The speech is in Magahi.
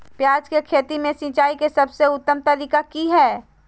प्याज के खेती में सिंचाई के सबसे उत्तम तरीका की है?